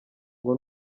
ngo